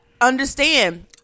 Understand